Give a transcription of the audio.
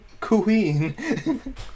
Queen